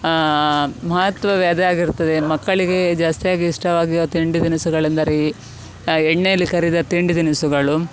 ಮಹತ್ವವು ಅದೇ ಆಗಿರುತ್ತದೆ ಮಕ್ಕಳಿಗೆ ಜಾಸ್ತಿಯಾಗಿ ಇಷ್ಟವಾಗುವ ತಿಂಡಿ ತಿನಿಸುಗಳೆಂದರೆ ಎಣ್ಣೆಯಲ್ಲಿ ಕರಿದ ತಿಂಡಿ ತಿನಿಸುಗಳು